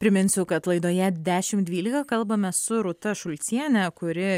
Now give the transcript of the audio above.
priminsiu kad laidoje dešimt dvylika kalbame su rūta šulciene kuri